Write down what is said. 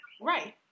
Right